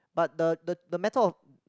but the the the matter of